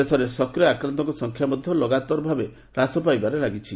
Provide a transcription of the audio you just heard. ଦେଶରେ ସକ୍ରିୟ ଆକ୍ରାନ୍ତଙ୍କ ସଂଖ୍ୟା ମଧ୍ୟ ଲଗାତାର ଭାବେ ହ୍ରାସ ପାଇବାରେ ଲାଗିଛି